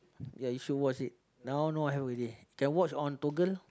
ya you should watch it now no have already can watch on Toggle